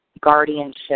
guardianship